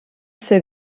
ser